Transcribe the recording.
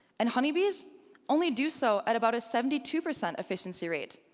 and honey bees only do so at about a seventy two per cent efficiency rate.